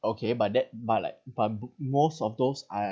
okay but that but like but most of those are